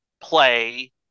play